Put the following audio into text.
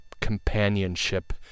companionship